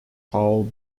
paul